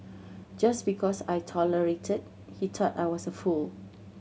just because I tolerated he thought I was a fool